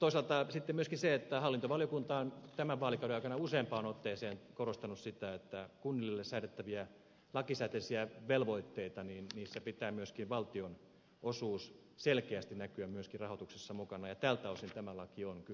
toisaalta sitten on myöskin se että hallintovaliokunta on tämän vaalikauden aikana useampaan otteeseen korostanut sitä että kun kunnille säädetään lakisääteisiä velvoitteita niissä pitää myöskin valtionosuuden selkeästi näkyä rahoituksessa mukana ja tältä osin tämä laki on kyllä kestämätön